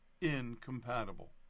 incompatible